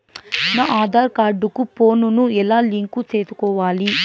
నా ఆధార్ కార్డు కు ఫోను ను ఎలా లింకు సేసుకోవాలి?